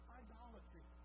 idolatry